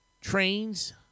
trains